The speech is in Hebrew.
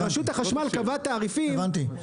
כי רשות החשמל קבעה תעריפים לאגרי-סולארי --- הבנתי.